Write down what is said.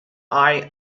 eye